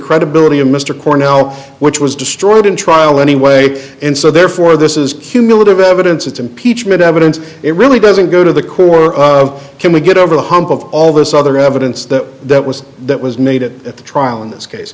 credibility of mr cornell which was destroyed in trial anyway and so therefore this is cumulative evidence it's impeachment evidence it really doesn't go to the core of can we get over the hump of all this other evidence that that was that was needed at the trial in this case